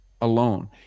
alone